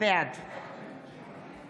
בעד